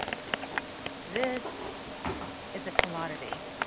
this is a commodity.